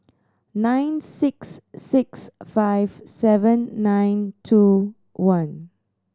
nine six six five seven nine two one